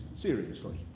seriously.